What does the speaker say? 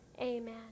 amen